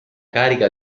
carica